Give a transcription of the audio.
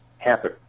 happen